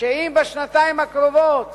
שאם בשנתיים הקרובות